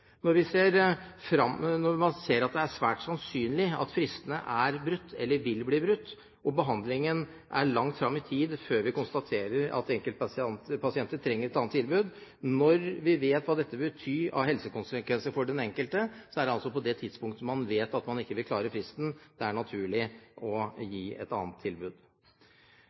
Når man ser at det er svært sannsynlig at fristene er brutt, eller vil bli brutt, og behandlingen er langt fram i tid før vi konstaterer at enkeltpasienter trenger et annet tilbud, og når vi vet hva dette kan bety av helsekonsekvenser for den enkelte, er det på det tidspunktet man vet at man ikke vil klare fristen, at det er naturlig å gi et annet tilbud.